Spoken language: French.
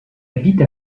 habite